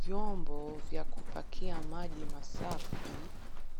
Vyombbo vya kupakia maji masafi